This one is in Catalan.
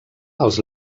els